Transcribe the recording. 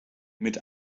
mit